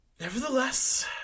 Nevertheless